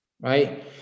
right